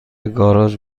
گاراژ